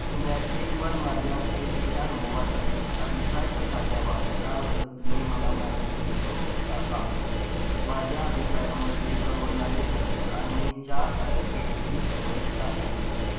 स्नॅपडीलवर माझ्या खरेदीच्या अनुभवासाठी अभिप्राय कसा द्यावा याबद्दल तुम्ही मला मार्गदर्शन करू शकता का माझ्या अभिप्रायामध्ये परवडणारे दर आणि चार तारेचे रेटिंग समाविष्ट आहे